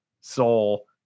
soul